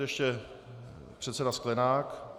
Ještě předseda Sklenák.